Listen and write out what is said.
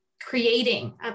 creating